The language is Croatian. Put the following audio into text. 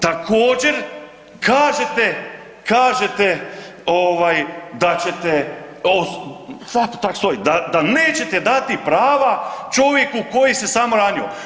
Također kažete, kažete da ćete da pa tako stoji da nećete dati prava čovjeku koji se samoranio.